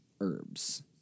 herbs